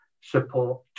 support